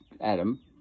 Adam